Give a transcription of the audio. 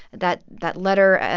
that that letter, ah